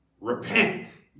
Repent